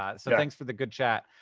ah so thanks for the good chat.